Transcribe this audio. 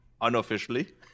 Unofficially